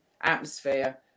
atmosphere